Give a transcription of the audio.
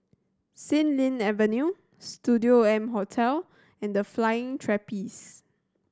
Xilin Avenue Studio M Hotel and The Flying Trapeze